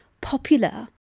popular